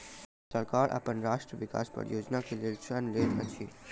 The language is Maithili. सरकार अपन राष्ट्रक विकास परियोजना के लेल ऋण लैत अछि